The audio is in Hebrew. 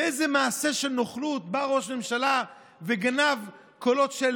באיזה מעשה של נוכלות בא ראש ממשלה וגנב קולות של